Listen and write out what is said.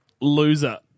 loser